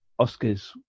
oscars